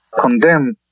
condemn